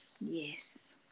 yes